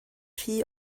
rhy